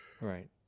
Right